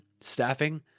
staffing